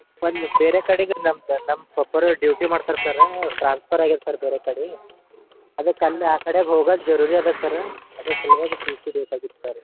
ಒಂದು ಬೇರೆ ಕಡೆಗೆ ನಮ್ದು ನಮ್ಮ ಪಪ್ಪಾರು ಡ್ಯೂಟಿ ಮಾಡ್ತಾರೆ ಸರ್ ಟ್ರಾನ್ಸ್ಫರ್ ಆಗೈತೆ ಸರ್ ಬೇರೆ ಕಡೆ ಅದ್ಕೆ ಅಲ್ಲಿ ಆ ಕಡೆ ಹೋಗೋದು ಜರೂರಿ ಅದೆ ಸರ್ ಅದ್ರ ಸಲುವಾಗಿ ಟಿ ಸಿ ಬೇಕಾಗಿತ್ತು ಸರ್